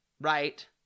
right